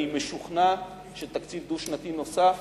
אני משוכנע שתקציב דו-שנתי נוסף